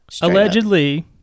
Allegedly